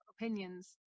opinions